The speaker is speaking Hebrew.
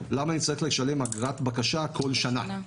למה אני צריך לשלם אגרת בקשה כל שנה?